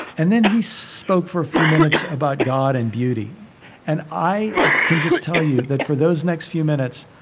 and then he spoke for a few minutes about god and beauty and i can just tell you that, for those next few minutes,